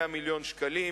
100 מיליון שקלים,